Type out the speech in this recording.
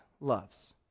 loves